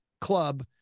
club